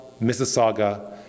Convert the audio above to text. Mississauga